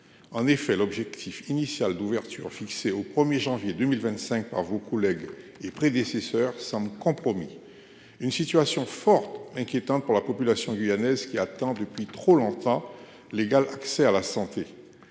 En effet l'objectif initial d'ouverture fixée au 1er janvier 2025 par vos collègues et prédécesseur semble compromis. Une situation forte inquiétante pour la population guyanaise, qui attendent depuis trop longtemps l'égal accès à la santé.